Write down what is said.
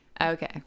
Okay